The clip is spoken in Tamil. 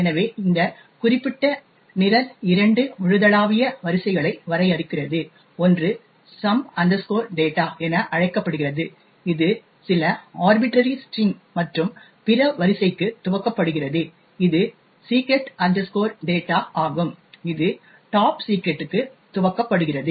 எனவே இந்த குறிப்பிட்ட நிரல் இரண்டு முழுதளாவிய வரிசைகளை வரையறுக்கிறது ஒன்று சம் டேட்டா some data என அழைக்கப்படுகிறது இது சில ஆர்பிடரி ஸ்டிரிங் மற்றும் பிற வரிசைக்கு துவக்கப்படுகிறது இது secret data ஆகும் இது Top secret க்கு துவக்கப்படுகிறது